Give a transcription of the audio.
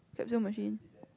capsule machine